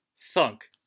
thunk